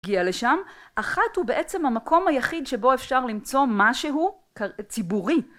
הגיע לשם, אחת הוא בעצם המקום היחיד שבו אפשר למצוא משהו ציבורי.